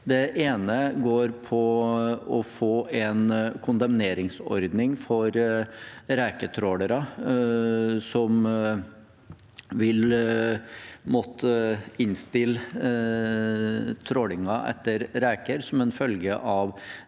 Det ene går på å få en kondemneringsordning for reketrålere som vil måtte innstille tråling etter reker som en følge av